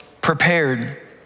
prepared